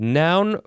noun